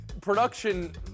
production